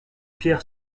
pierre